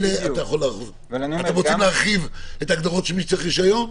אתם רוצים להרחיב את ההגדרות של רישיון?